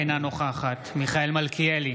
אינה נוכחת מיכאל מלכיאלי,